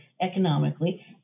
economically